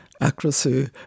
Accuracy